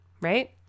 right